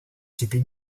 s’était